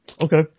Okay